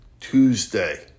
Tuesday